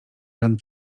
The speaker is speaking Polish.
ran